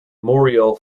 muriel